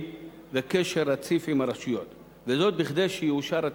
וקשר רציף עם הרשויות כדי שיאושר התקציב,